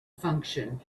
function